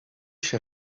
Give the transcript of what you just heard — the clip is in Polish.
się